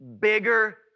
bigger